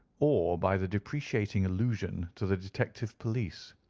or by the depreciating allusion to the detective police.